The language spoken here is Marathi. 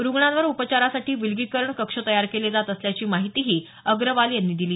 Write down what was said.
रुग्णांवर उपचारासाठी विलगीकरण कक्ष तयार केले जात असल्याची माहिती अग्रवाल यांनी दिली